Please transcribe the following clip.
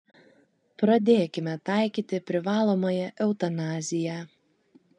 pradėkime taikyti privalomąją eutanaziją